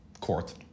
Court